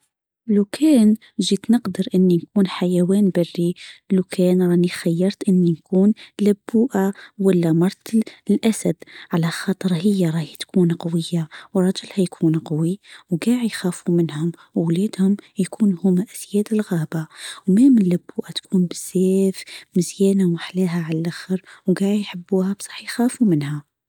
لو كان جيت نقدر إني يكون حيوان بري لو كان راني خيرت إني أكون لبؤه ولا مرة الاسد على خاطر هي تكون قويه ورجلها يكون قوي والكل يخافوا منهم واولادهم يكونوا هم أسياد الغابه ومهم اللبؤه تكون بالزاف مزيانه ما أحلاها على الاخر وقاع يحبوها بس حيخافوا منها.